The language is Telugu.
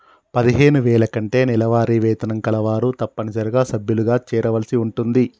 పదిహేను వేల కంటే నెలవారీ వేతనం కలవారు తప్పనిసరిగా సభ్యులుగా చేరవలసి ఉంటుంది